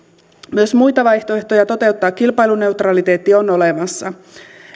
myös muita vaihtoehtoja toteuttaa kilpailuneutraliteetti on olemassa